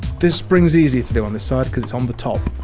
this spring's easier to do on this side because it's on the top.